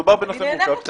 מדובר בנושא מורכב.